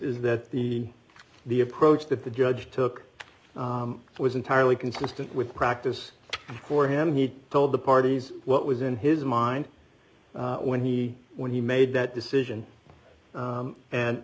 that the the approach that the judge took was entirely consistent with practice for him he told the parties what was in his mind when he when he made that decision